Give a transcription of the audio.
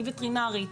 אני וטרינרית,